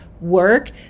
work